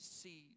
see